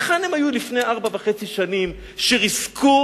היכן הם היו לפני ארבע וחצי שנים כשריסקו